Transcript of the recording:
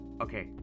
Okay